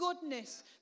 goodness